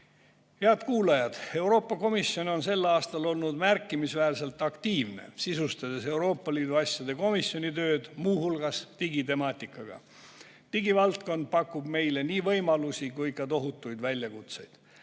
Head kuulajad! Euroopa Komisjon on sel aastal olnud märkimisväärselt aktiivne, sisustades Euroopa Liidu asjade komisjoni tööd, muu hulgas digitemaatikaga. Digivaldkond pakub meile nii võimalusi kui ka tohutuid väljakutseid.